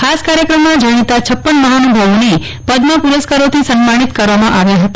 ખાસ કાર્યક્રમમાં જાણીતા પહ મહાનુભાવોને પદ્મ પુરસ્કારોથી સન્માનીત કરવામાં આવ્યા હતા